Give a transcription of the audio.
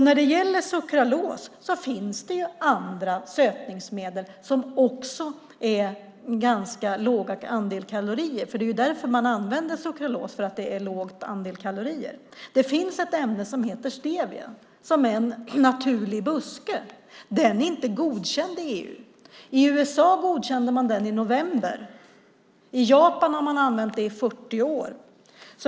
När det gäller sukralos finns det andra sötningsmedel som också har en ganska låg andel kalorier. Det är ju därför man använder sukralos, för att det är en låg andel kalorier. Det finns ett ämne som heter stevia, som är en naturlig buske. Det är inte godkänt i EU. I USA godkände man det i november. I Japan har man använt det i 40 år.